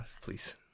please